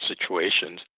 situations